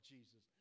Jesus